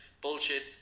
bullshit